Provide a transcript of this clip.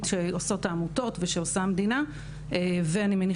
שעושות העמותות ושעושה המדינה והכנסת,